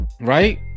right